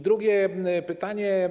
Drugie pytanie.